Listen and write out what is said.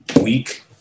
week